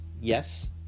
yes